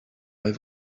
have